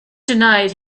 denied